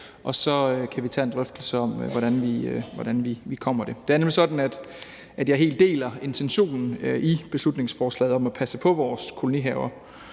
og så kan vi tage en drøftelse om, hvordan vi kommer derhen. Det er nemlig sådan, at jeg helt deler intentionen i beslutningsforslaget om at passe på vores kolonihaver,